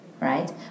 right